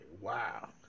wow